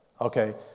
okay